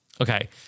Okay